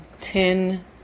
ten